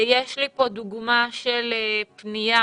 יש לי כאן דוגמה של פנייה